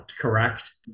correct